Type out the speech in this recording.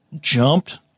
Jumped